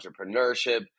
entrepreneurship